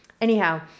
Anyhow